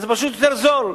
אז זה פשוט יותר זול,